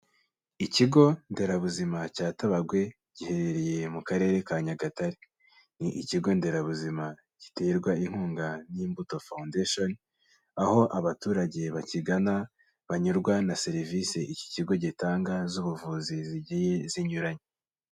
Ikigo nderabuzima cya Tabagwe giherereye mu karere ka Nyagatare. Ni ikigo nderabuzima giterwa inkunga n'Imbuto Foundation, aho abaturage bakigana, banyurwa na serivisi iki kigo gitanga z'ubuvuzi zigiye zinyuranye.